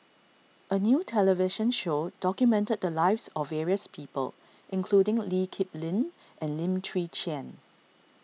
a new television show documented the lives of various people including Lee Kip Lin and Lim Chwee Chian